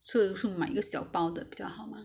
是是买一个小包的比较好嘛